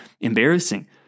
embarrassing